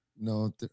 No